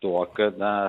tuo kad na